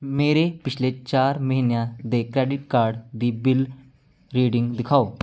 ਮੇਰੇ ਪਿਛਲੇ ਚਾਰ ਮਹੀਨਿਆਂ ਦੇ ਕਰੇਡਿਟ ਕਾਰਡ ਦੀ ਬਿੱਲ ਰੀਡਿੰਗ ਦਿਖਾਓ